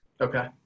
okay